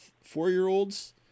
four-year-olds